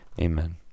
Amen